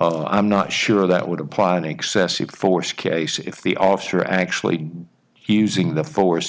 i'm not sure that would apply an excessive force case if the officer actually using the force